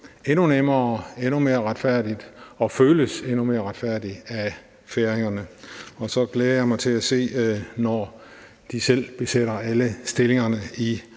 endnu nemmere og endnu mere retfærdige og føles endnu mere retfærdige for færingerne. Så glæder jeg mig til at se, når de selv besætter alle stillingerne i